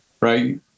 Right